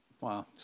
Wow